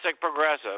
progressive